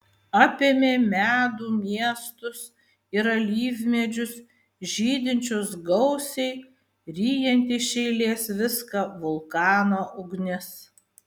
apėmė medų miestus ir alyvmedžius žydinčius gausiai ryjanti iš eilės viską vulkano ugnis